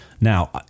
Now